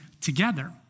together